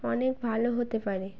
অনেক ভালো হতে পারে